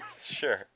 Sure